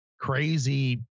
crazy